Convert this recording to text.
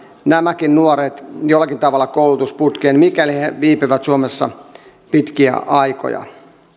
nämäkin nuoret jollakin tavalla koulutusputkeen mikäli he viipyvät suomessa pitkiä aikoja